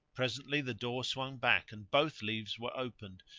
presently the door swung back and both leaves were opened,